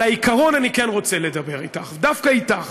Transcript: על העיקרון אני כן רוצה לדבר אתך, דווקא אתך,